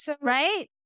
Right